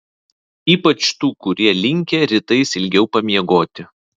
ypač tų kurie linkę rytais ilgiau pamiegoti